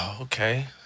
Okay